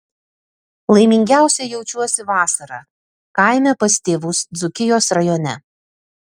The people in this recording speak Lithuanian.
laimingiausia jaučiuosi vasarą kaime pas tėvus dzūkijos rajone